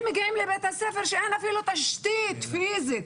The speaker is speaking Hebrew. הם מגיעים לבית הספר כשאין אפילו תשתית פיזית